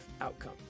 outcome